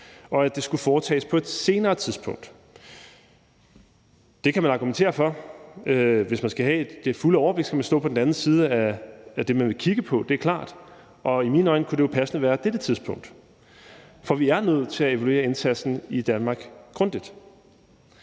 og at den skulle foretages på et senere tidspunkt. Man kan argumentere for, at hvis man skal have det fulde overblik, skal man stå på den anden side af det, man vil kigge på. Det er klart, og i mine øjne kunne det jo passende være på dette tidspunkt. For vi er nødt til at evaluere indsatsen i Danmark grundigt.